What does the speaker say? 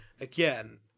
again